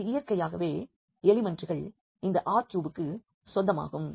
இது இயற்கையாகவே எலிமெண்ட்கள் இந்த R3 க்கு சொந்தமாகும்